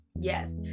Yes